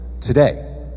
today